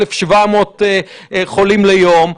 1,700 חולים ליום.